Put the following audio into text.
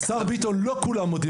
השר חיים, לא, לא כולם מודים בזה.